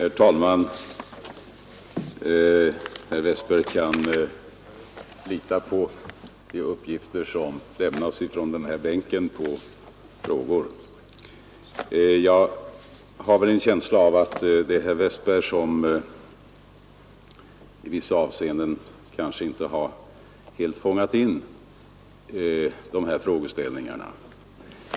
Herr talman! Herr Westberg i Ljusdal kan lita på de uppgifter som lämnas från den här bänken. Jag har en känsla av att det är herr Westberg som inte har helt fångat in de här frågeställningarna.